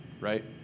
right